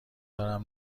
دارم